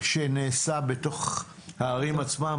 שנעשה בתוך הערים עצמן,